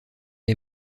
est